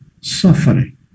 suffering